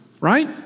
right